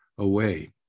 Away